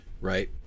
right